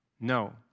No